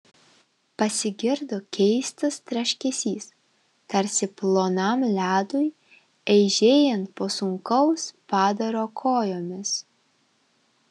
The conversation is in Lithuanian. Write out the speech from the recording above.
pasigirdo keistas traškesys tarsi plonam ledui eižėjant po sunkaus padaro kojomis